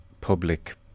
public